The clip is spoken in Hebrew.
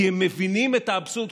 כי הם מבינים את האבסורד.